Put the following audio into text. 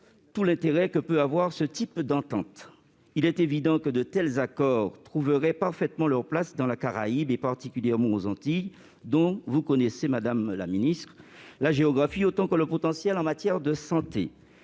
tout l'intérêt que peut avoir ce type d'entente. Il est évident que de tels accords trouveraient parfaitement leur place dans la Caraïbe, en particulier aux Antilles, dont vous connaissez la géographie autant que le potentiel en matière de santé,